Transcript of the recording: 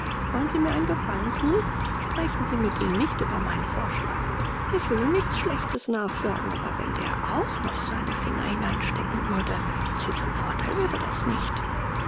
wollen sie mir einen gefallen tun sprechen sie mit ihm nicht über meinen vorschlag ich will ihm nichts schlechtes nachsagen aber wenn der auch noch seine finger hineinstecken würde zu ihrem vorteil wäre das nicht